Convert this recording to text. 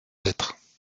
lettres